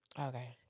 Okay